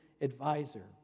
advisor